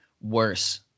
worse